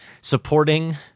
Supporting